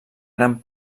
gran